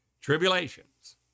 tribulations